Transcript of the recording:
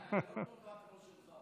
לא טובה כמו שלך.